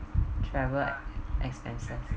travel expenses